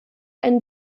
einen